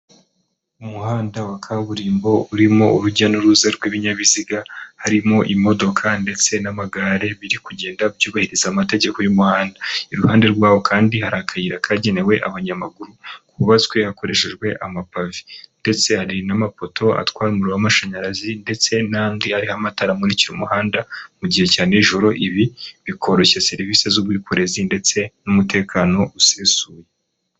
Umuhanda wa kaburimbo urimo urujya n'uruza rw'ibinyabiziga, harimo imodoka ndetse n'amagare biri kugenda byubahiriza amategeko y'umuhanda, iruhande rwaho kandi hari akayira kagenewe abanyamaguru, kubatswe hakoreshejwe amapavi ndetse hari n'amapoto atwara umuriro amashanyarazi, ndetse n'andi ariho amatara amumurikira umuhanda mu gihe cya n'ijoro. Ibi bikoroshya serivisi z'ubwikorezi ndetse n'umutekano usesuye.